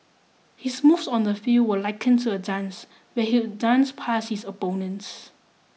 his moves on the field were likened to a dance where he'd dance past his opponents